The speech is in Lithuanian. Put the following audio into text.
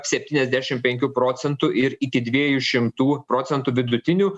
septyniasdešim penkių procentų ir iki dviejų šimtų procentų vidutinių